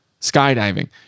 skydiving